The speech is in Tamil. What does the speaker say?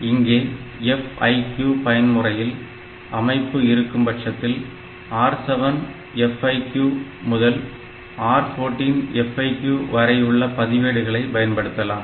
இங்கே FIQ பயன்முறையில் அமைப்பு இருக்கும் பட்சத்தில் R7 FIQ முதல் R14 FIQ வரையுள்ள பதிவேடுகளை பயன்படுத்தலாம்